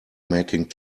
making